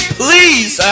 please